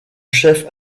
chef